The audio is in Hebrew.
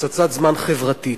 פצצת זמן חברתית.